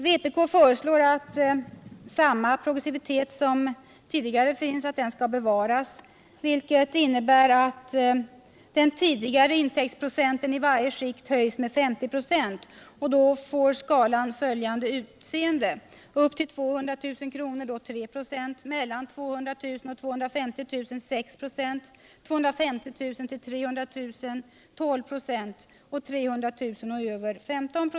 Vpk föreslår att samma progressivitet som tidigare skall gälla, vilket innebär att den tidigare intäktsprocenten i varje skikt skall höjas med 50 96. Skalan får då följande utseende: upp till 200 000 kr. blir det 3 96, för 200 000-250 000 kr. blir det 6 96, för 250 000-300 000 kr. blir det 12 96 och för över 300 000 kr.